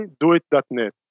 doit.net